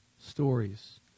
stories